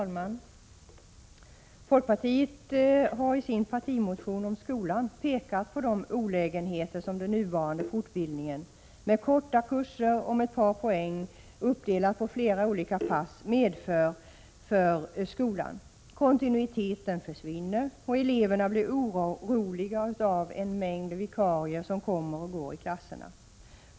Herr talman! Folkpartiet har i sin partimotion om skolan pekat på de olägenheter som den nuvarande fortbildningen med korta kurser om ett par poäng, uppdelade på flera olika pass, medför för skolan. Kontinuiteten försvinner och eleverna blir oroliga av att en mängd vikarier kommer och går i klasserna.